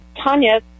Tanya